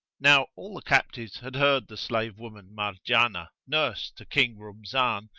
now all the captives had heard the slave woman marjanah, nurse to king rumzan,